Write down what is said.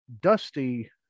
dusty